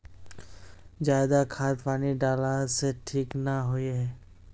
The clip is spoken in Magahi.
ज्यादा खाद पानी डाला से ठीक ना होए है?